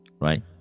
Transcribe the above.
right